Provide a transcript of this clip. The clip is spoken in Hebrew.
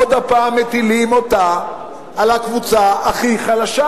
עוד פעם מטילים אותה על הקבוצה הכי חלשה.